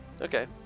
Okay